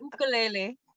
Ukulele